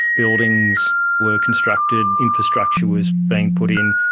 buildings were constructed, infrastructure was being put in.